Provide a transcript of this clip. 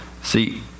See